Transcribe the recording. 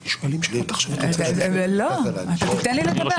אתה תיתן לי לדבר?